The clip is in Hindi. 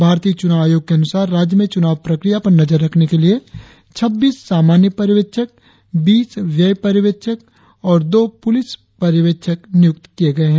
भारतीय चुनाव आयोग के अनुसार राज्य में चुनाव प्रक्रिया पर नजर रखने के लिए छब्बीस सामान्य पर्यवेक्षक बीस व्यय पर्यवेक्षक और दो पुलिस पर्यवेक्षक नियुक्त किये गए है